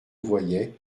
voyait